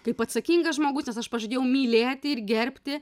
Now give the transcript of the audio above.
kaip atsakingas žmogus nes aš pažadėjau mylėti ir gerbti